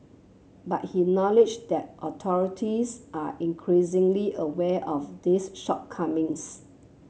but he acknowledged that authorities are increasingly aware of these shortcomings